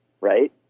right